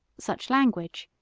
such language,